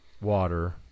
water